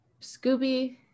scooby